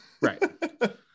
right